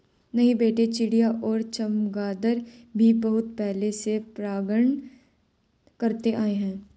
नहीं बेटे चिड़िया और चमगादर भी बहुत पहले से परागण करते आए हैं